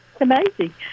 amazing